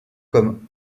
comme